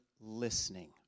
listening